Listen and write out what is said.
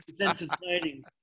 entertaining